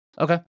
Okay